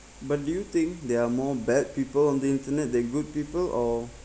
but do you think there are more bad people on the internet then good people or